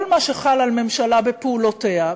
כל מה שחל על ממשלה בפעולותיה,